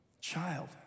child